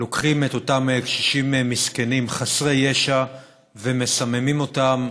לוקחים את אותם קשישים מסכנים חסרי ישע ומסממים אותם